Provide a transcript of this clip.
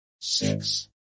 six